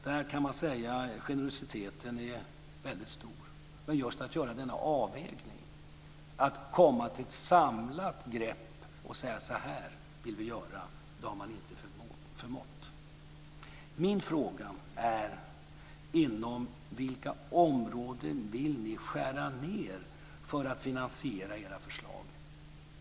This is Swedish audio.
Där kan man säga att generositeten är väldigt stor. Men just att göra denna avvägning, att komma till ett samlat grepp och säga att "så här vill vi göra", har man inte förmått. Min fråga är: Inom vilka områden vill ni skära ned för att finansiera era förslag?